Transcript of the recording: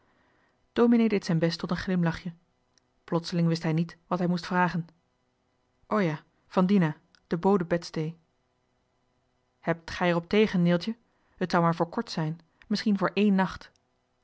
dominee deed zijn best tot een glimlachje plotseling wist hij niet wat hij moest vragen o ja van dina de bodenbedstee hebt gij er op tegen neeltje het zou maar voor kort zijn misschien voor één nacht